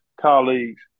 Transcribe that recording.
colleagues